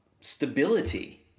stability